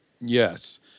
Yes